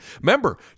Remember